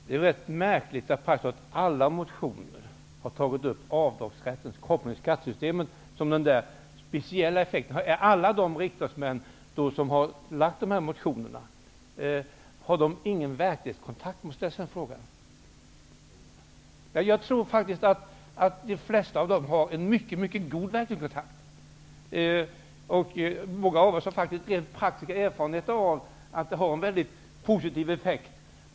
Herr talman! Det är rätt märkligt att man i alla motioner har tagit upp rätten till avdrag i skattesystemet som en speciell poäng. Har då ingen av de riksdagsledamöter som har väckt dessa motioner någon verklighetskontakt? Jag tror faktiskt att de flesta av dem har en mycket god verklighetskontakt. Många av oss har praktiska erfarenheter av att en minskning av skatten har en mycket positiv effekt.